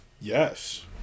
Yes